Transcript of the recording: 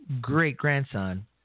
great-grandson